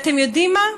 אתם יודעים מה?